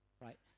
Right